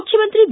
ಮುಖ್ಯಮಂತ್ರಿ ಬಿ